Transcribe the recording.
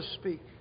speak